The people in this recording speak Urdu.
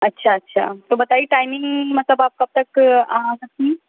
اچھا اچھا تو بتائیے ٹائمنگ مطلب آپ کب تک آ سکتی